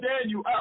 Daniel